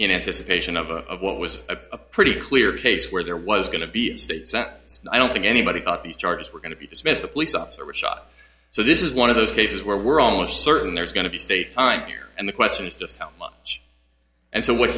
in anticipation of what was a pretty clear case where there was going to be states that i don't think anybody thought these charges were going to be dismissed a police officer was shot so this is one of those cases where we're almost certain there's going to be state time here and the question is just how much and so what